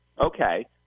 okay